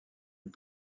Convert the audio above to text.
les